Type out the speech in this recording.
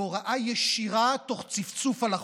בהוראה ישירה, תוך צפצוף על החוק.